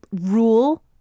rule